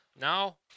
Now